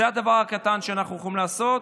זה הדבר הקטן שאנחנו יכולים לעשות.